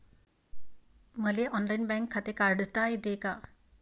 मले online bank खाते काढता येते का?